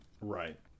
Right